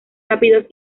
rápidos